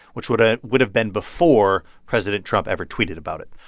which would ah would have been before president trump ever tweeted about it.